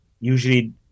usually